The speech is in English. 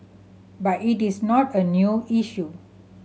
but it is not a new issue